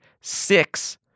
six